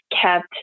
kept